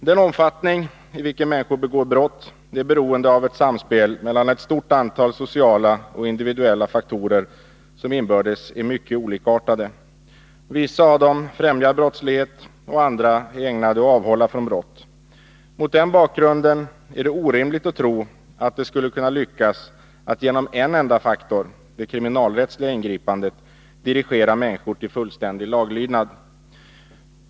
Den omfattning i vilken människor begår brott är beroende av ett samspel mellan ett stort antal sociala och individuella faktorer, som inbördes är mycket olikartade. Vissa av dem främjar brottslighet, och andra är ägnade att avhålla från brott. Mot den bakgrunden är det orimligt att tro att det skulle kunna lyckas att genom en enda faktor, det kriminalrättsliga ingripandet, dirigera människor till fullständig laglydnad.